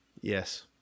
Yes